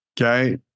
Okay